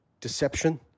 deception